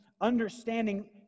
understanding